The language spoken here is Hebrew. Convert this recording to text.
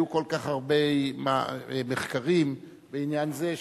היו כל כך הרבה מחקרים לעניין זה,